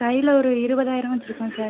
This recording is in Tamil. கையில் ஒரு இருபதாயிரம் வச்சுருக்கோம் சார்